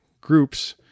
groups